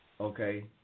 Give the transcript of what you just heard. okay